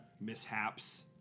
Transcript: mishaps